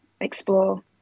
explore